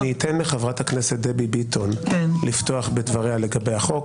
אני אתן לחברת הכנסת דבי ביטון לפתוח בדבריה לגבי החוק.